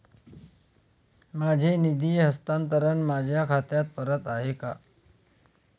माझे निधी हस्तांतरण माझ्या खात्यात परत आले आहे